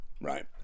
right